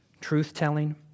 truth-telling